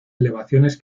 elevaciones